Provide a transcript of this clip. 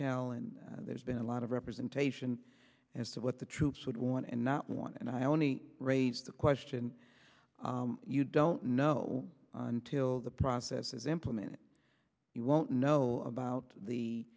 tell and there's been a lot of representation as to what the troops would want and not want and i only raised the question you don't know until the process is implemented you won't know about the